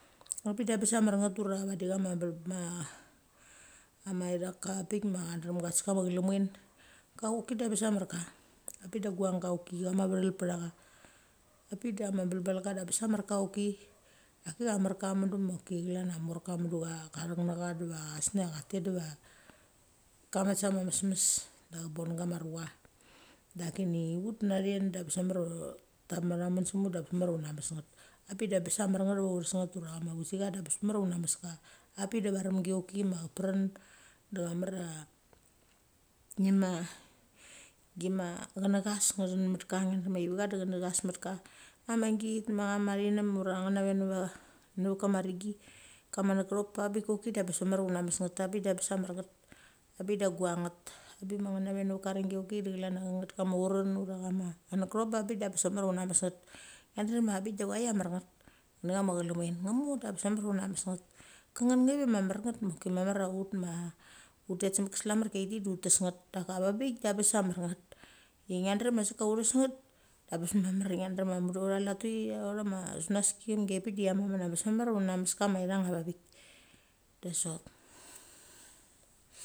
Abik da bes a mar nget ura vadi cha ma ama uthak kapik ma cha diem kates kama che lemen, ka choki da abes a mar ka. Apik da guanga choki chama vethei petha cha. Apik da ma bel balka da abes a mar ka choki. Choki amar ka mudu ma choki amor kachek nacha deva snia ka tet dava kamet sama mesmes de cha bon gama rucha. Da kene ut nache da bes mamar tame thamen smut da loes mamar auna mesnget. Abik da bes a mar nget uthes nget ura chama vusicha da bes mamar auna mes ka. Apik da varemgi choki ma pren da mer a ngema gima chenechas ngethen met ka ngia drem ia ka da chenechas metka. Ama git ma chama chinem ura nget nave neva kama rigi. Kama nikthop pa bik choki da abes mamar auna mes nget abik da bes amamar nget abik da guang nget. Abik ma nget nave vet karingi choki chlan nget ka auren ura chama nechop bab bik da bes mamar auna mes nget. Ngia drem ia bik da choia mar nget ngene chama chelemen ngemo da bes a mar ia tuna mes nget. Kenget ngave ma mamar nget choki mamar ut ma utet smekama slamerki cheipik da uthes nget. Daka ava bik da bes a mar nget. Ngia drem ia asik ka uthes nget abes mamar ngia drem ia mudu aucha auchama sunaski vehemgi giapik de cha mechamen abes mamar una ma mes kama ithang avabik, da sot.